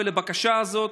לבקשה הזאת,